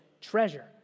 treasure